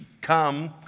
come